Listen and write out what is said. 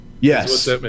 Yes